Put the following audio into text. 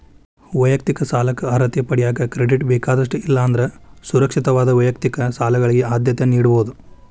ವೈಯಕ್ತಿಕ ಸಾಲಕ್ಕ ಅರ್ಹತೆ ಪಡೆಯಕ ಕ್ರೆಡಿಟ್ ಬೇಕಾದಷ್ಟ ಇಲ್ಲಾ ಅಂದ್ರ ಸುರಕ್ಷಿತವಾದ ವೈಯಕ್ತಿಕ ಸಾಲಗಳಿಗೆ ಆದ್ಯತೆ ನೇಡಬೋದ್